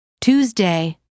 Tuesday